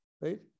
right